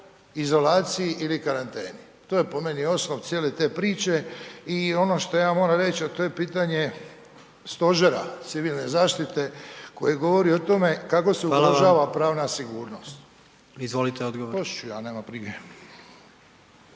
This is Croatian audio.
izolaciji ili karanteni? To je po meni osnov cijele te priče. I ono što ja moram reć, a to je pitanje Stožera civilne zaštite koje govori o tome kako se …/Upadica: Hvala vam/…održava pravna